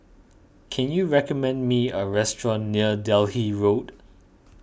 can you recommend me a restaurant near Delhi Road